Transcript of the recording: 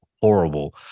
horrible